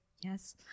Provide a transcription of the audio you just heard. yes